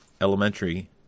Elementary